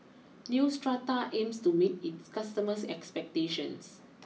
Neostrata aims to meet it customers expectations